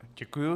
Děkuju.